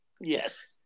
yes